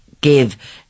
give